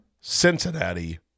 Cincinnati